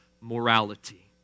morality